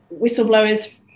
whistleblowers